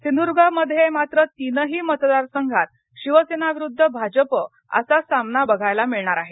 सिंधूद्र्गमध्ये मात्र तीनही मतदार संघात शिवसेना विरुद्ध भाजप असा सामना बघायला मिळणार आहे